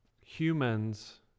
humans